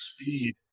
speed